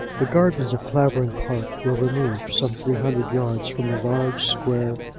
the gardens of clavering park were removed some three hundred yards from the large, square,